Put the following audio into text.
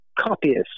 copyists